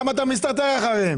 למה אתה מסתתר אחריהם?